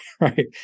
right